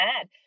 add